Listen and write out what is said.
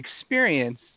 experience